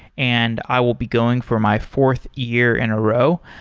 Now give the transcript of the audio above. and i will be going for my fourth year in a row.